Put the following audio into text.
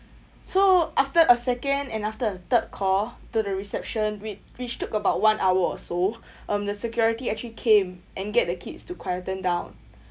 so after a second and after a third call to the reception wi~ which took about one hour or so um the security actually came and get the kids to quieten down